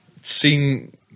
seen